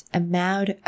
amount